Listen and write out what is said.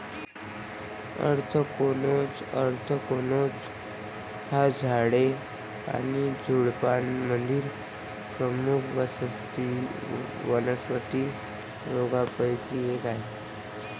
anthracnose anthracnose हा झाडे आणि झुडुपांमधील प्रमुख वनस्पती रोगांपैकी एक आहे